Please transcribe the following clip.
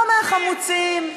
לא מהחמוצים,